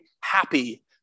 happy